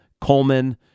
Coleman